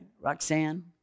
Roxanne